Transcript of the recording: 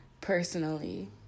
personally